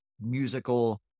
musical